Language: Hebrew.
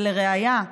לראיה,